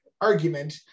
argument